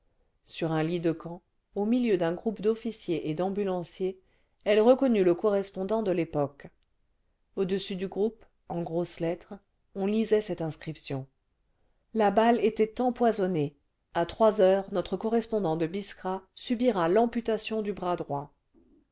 sur un lit de camp au milieu d'un groupe d'officiers et le vingtième siècle d'ambulanciers elle reconnut le correspondant de yépoque au-dessus du groupe en grosses lettres on lisait cette inscription la balle était empoisonnée a trois heures notre correspondant de biskra subira l'amputation du bras droit